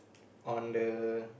on the